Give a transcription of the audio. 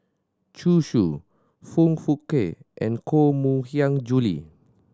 Zhu Xu Foong Fook Kay and Koh Mui Hiang Julie